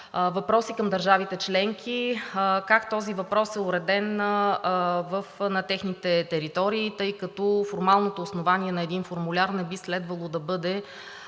въпроси към държавите членки как този въпрос е уреден на техните територии, тъй като формалното основание на един формуляр не би следвало да бъде